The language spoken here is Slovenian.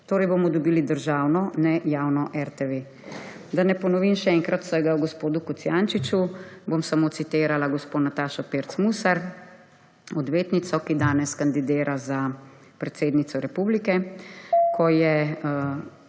Torej bomo dobili državno nejavno RTV. Da ne ponovim še enkrat vsega o gospodu Kocjančiču, bom samo citirala gospo Natašo Pirc Musar, odvetnico, ki danes kandidira za predsednico republike. Ko je